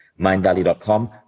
mindvalley.com